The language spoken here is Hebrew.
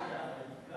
רדיקלים.